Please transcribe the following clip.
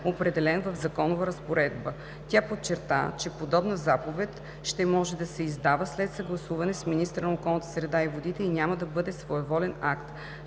в законова разпоредба. Тя подчерта, че подобна заповед ще може да се издава след съгласуване с министъра на околната среда и водите и няма да бъде своеволен акт.